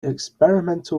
experimental